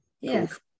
Yes